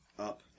Up